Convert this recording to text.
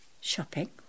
shopping